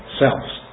selves